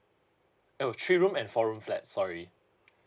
oh three room and four room flats sorry